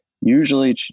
Usually